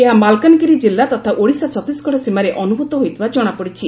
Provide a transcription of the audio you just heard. ଏହା ମାଲକାନଗିରି କିଲ୍ଲା ତଥା ଓଡ଼ିଶା ଛତିଶଗଡ଼ ସୀମାରେ ଅନୁଭୂତ ହୋଇଥିବା ଜଣାପଡ଼ିଛି